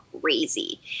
crazy